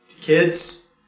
kids